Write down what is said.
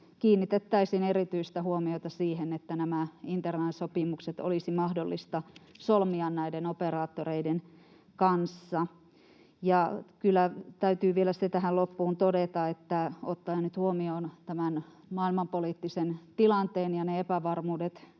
kiinnitettäisiin erityistä huomiota siihen, että nämä interline-sopimukset olisi mahdollista solmia näiden operaattoreiden kanssa. Ja kyllä täytyy vielä tähän loppuun todeta se, että ottaen nyt huomioon tämä maailmanpoliittinen tilanne ja ne epävarmuudet,